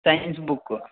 science book